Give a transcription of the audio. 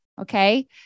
okay